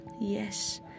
yes